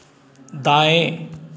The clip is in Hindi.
दाएँ